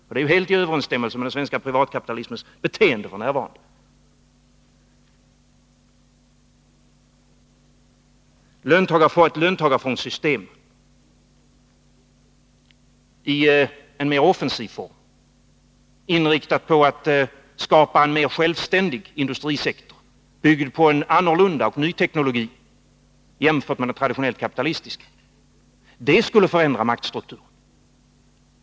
Och det är helt i överensstämmelse med den svenska privatkapitalismens beteende för närvarande. Ett löntagarfondssystem i en mer offensiv form, inriktat på att skapa en mer självständig industrisektor, byggd på en annorlunda och ny teknologi jämfört med den traditionellt kapitalistiska, skulle förändra maktstrukturen.